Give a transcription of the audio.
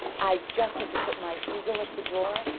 i just had to put my ego at the door,